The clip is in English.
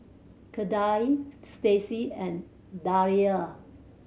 Kendal Stacy and Thalia